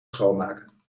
schoonmaken